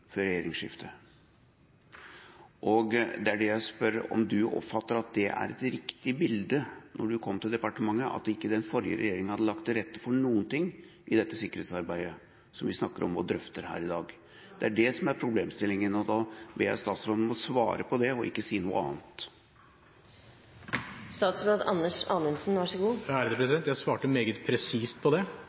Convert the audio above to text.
før regjeringsskiftet. Det er det jeg spør om statsråden oppfattet var et riktig bilde da han kom til departementet, at den forrige regjeringa ikke hadde lagt til rette for noen ting i dette sikkerhetsarbeidet som vi snakker om og drøfter her i dag. Det er det som er problemstillingen, og da ber jeg statsråden om å svare på det og ikke si noe annet. Jeg svarte meget presist på det.